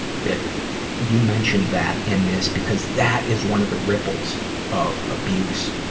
that you mention that in this, because that is one of the ripples of abuse.